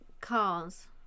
cars